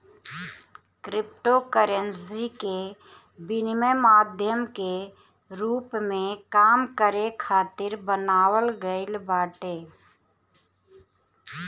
cryptocurrency के विनिमय माध्यम के रूप में काम करे खातिर बनावल गईल बाटे